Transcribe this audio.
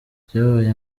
byabaye